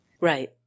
Right